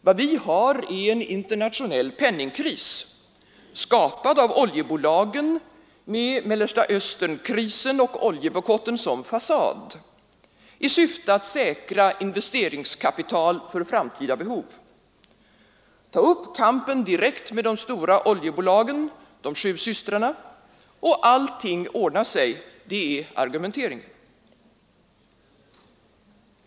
Vad vi har är en internationell penningkris, skapad av oljebolagen med Mellanösternkrisen och oljebojkotten som fasad i syfte att säkra investeringskapital för framtida behov. Tag upp kampen direkt med de stora oljebolagen, de sju systrarna, och allting ordnar sig, är argumenteringen.